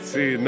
See